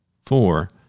Four